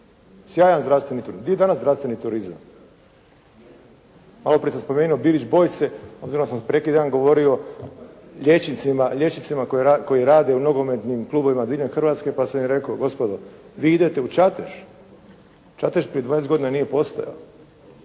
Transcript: sjajan zdravstveni turizam. Gdje je danas zdravstveni turizam? Maloprije sam spomenuo Bilić boyse, ozbirom da sam neki dan govorio liječnicima koji rade u nogometnim klubovima diljem Hrvatske, pa sam im rekao gospodo vi idete u Čatež, Čatež prije 20 godina nije postojao,